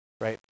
right